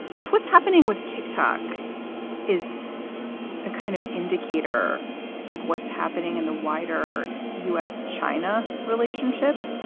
if what's happening with tic-tac is a kind of indicator of what's happening in the wider us china relationship,